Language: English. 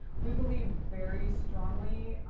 we believe very strongly,